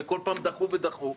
וכל פעם דחו ודחו.